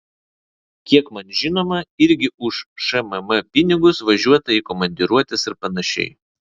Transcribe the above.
kiek man žinoma irgi už šmm pinigus važiuota į komandiruotes ir panašiai